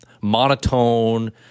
monotone